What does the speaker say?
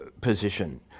position